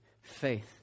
Faith